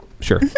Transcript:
Sure